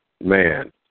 Man